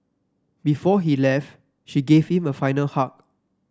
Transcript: before he left she give him a final hug